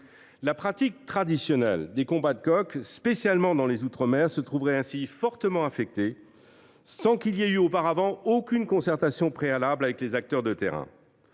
La pratique traditionnelle des combats de coqs, en particulier dans les outre mer, s’en trouverait fortement affectée, sans qu’il y ait eu de concertation préalable avec les acteurs de terrain.